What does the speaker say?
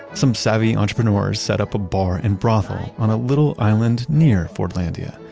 some savvy entrepreneur set up a bar and brothel on a little island near fordlandia.